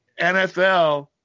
nfl